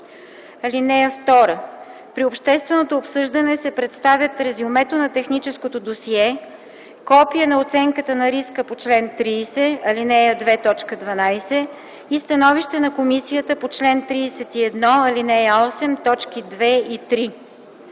т. 3. (2) При общественото обсъждане се представят резюмето на техническото досие, копие на оценката на риска по чл. 30, ал. 2, т. 12 и становището на комисията по чл. 31, ал. 8, т. 2 и 3.